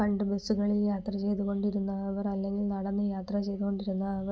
പണ്ട് ബസുകളിൽ യാത്ര ചെയ്തുകൊണ്ടിരുന്നവർ അല്ലെങ്കിൽ നടന്ന് യാത്ര ചെയ്തുകൊണ്ടിരുന്നവർ